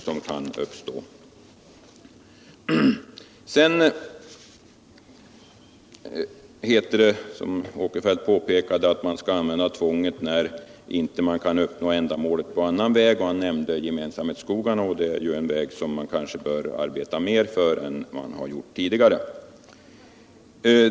Det heter, som Sven Eric Åkerfeldt påpekade, att man skall använda tvånget när man inte kan uppnå målet på annat sätt. Han nämnde gemensamhetsskogarna, och det är en väg man kanske bör arbeta mer för än man gjort tidigare.